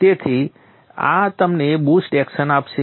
તેથી આ તમને બૂસ્ટ એક્શન આપશે